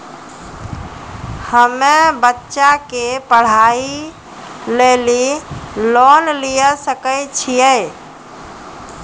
हम्मे बच्चा के पढ़ाई लेली लोन लिये सकय छियै?